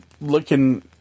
looking